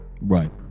Right